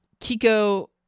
Kiko